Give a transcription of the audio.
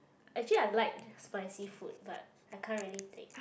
actually I like spicy food but I can't really take